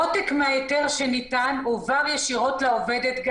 עותק מההיתר שניתן הועבר ישירות לעובדת.